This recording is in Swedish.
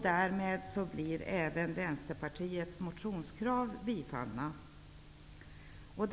Därmed blir även Vänsterpartiets motionskrav tillstyrkta.